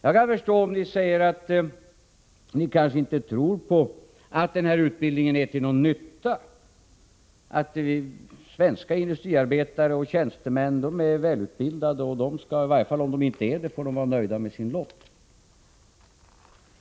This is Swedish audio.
Jag kan förstå om ni säger att ni inte tror på att denna utbildning är till någon nytta, att svenska industriarbetare och tjänstemän är välutbildade och skall vara — om de inte är det — nöjda med sin lott.